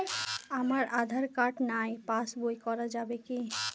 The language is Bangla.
আমার আঁধার কার্ড নাই পাস বই করা যাবে কি?